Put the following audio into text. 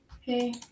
Hey